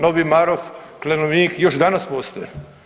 Novi Marof, Klenovnik, još danas postoje.